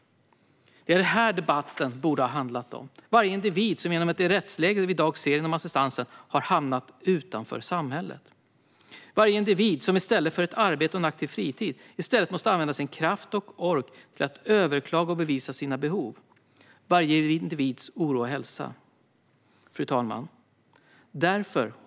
Det är det här debatten borde ha handlat om. Den borde handla om varje individ som genom det rättsläge vi i dag ser inom assistansen har hamnat utanför samhället. Den borde handla om varje individ som i stället för att ha ett arbete och en aktiv fritid måste använda sin kraft och ork till att överklaga och bevisa sina behov. Den borde handla om varje individs oro och rädsla. Fru talman!